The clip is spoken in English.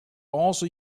also